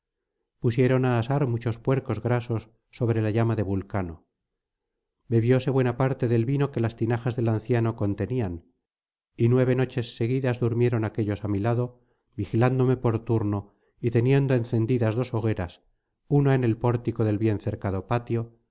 pusieron á asar muchos puercos grasos sobre la llama de vulcano bebióse buena parte del vino que las tinajas del anciano contenían y nueve noches seguidas durmieron aquéllos á mi lado vigilándome por turno y teniendo encendidas dos hogueras una en el pórtico del bien cercado patio y